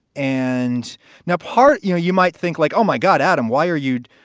and now part, you know, you might think like, oh, my god, adam, why are you.